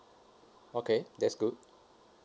okay that's good